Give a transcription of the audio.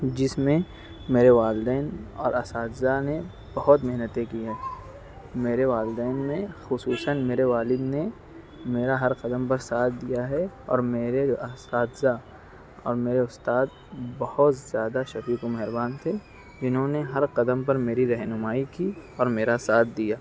جس میں میرے والدین اور اساتذہ نے بہت محنتیں کی ہیں میرے والدین نے خصوصاً میرے والد نے میرا ہر قدم پر ساتھ دیا ہے اور میرے اساتذہ اور میرے استاد بہت زیادہ شفیق و مہربان تھے انہوں نے ہر قدم پر میری رہنمائی کی اور میرا ساتھ دیا